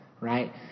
Right